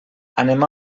anem